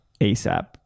ASAP